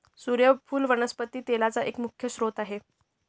सुर्यफुल वनस्पती तेलाचा एक मुख्य स्त्रोत आहे